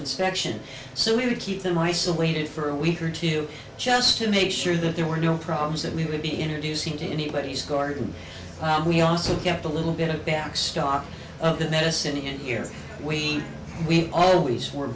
inspection so we would keep them isolated for a week or two just to make sure that there were no problems that we would be introducing to anybody's guard and we also kept a little bit of back stock of the medicine and here waiting we always were